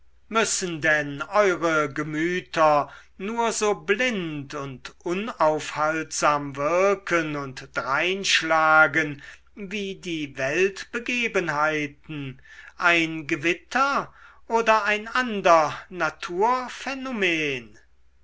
müssen denn eure gemüter nur so blind und unaufhaltsam wirken und dreinschlagen wie die weltbegebenheiten ein gewitter oder ein ander naturphänomen